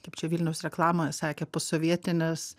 kaip čia vilniaus reklamoje sakė posovietinis